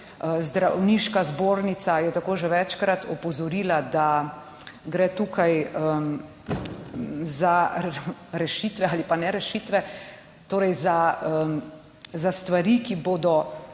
Zdravniška zbornica je tako že večkrat opozorila, da gre tukaj za rešitve ali pa ne rešitve. Torej, za stvari, ki bodo